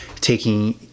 taking